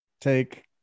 take